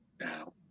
now